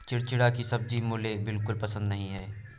चिचिण्डा की सब्जी मुझे बिल्कुल पसंद नहीं है